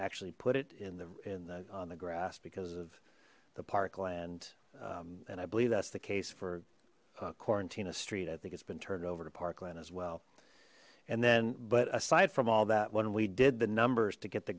actually put it in the in the on the grass because of the parkland and i believe that's the case for quarantine a street i think it's been turned over to parkland as well and then but aside from all that when we did the numbers to get the